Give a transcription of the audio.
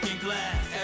glass